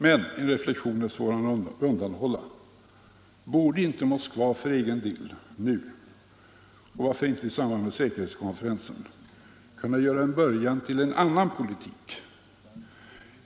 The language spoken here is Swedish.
Men en reflexion är svår att undanhålla: Borde inte Moskva för egen del nu — och varför inte i samband med säkerhetskonferensen — kunna göra en början till en annan politik?